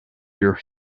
your